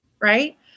right